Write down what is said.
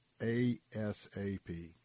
ASAP